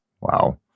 Wow